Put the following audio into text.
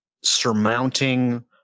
surmounting